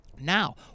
Now